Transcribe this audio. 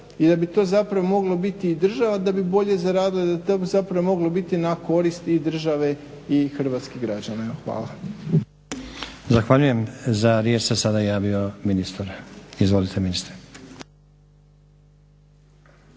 i da bi to zapravo moglo biti i država da bi bolje zaradila i da bi to zapravo moglo biti na korist i države i hrvatskih građana. Hvala. **Stazić, Nenad (SDP)** Zahvaljujem. Za riječ se sada javio ministar. Izvolite ministre.